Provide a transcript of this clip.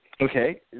Okay